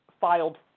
filed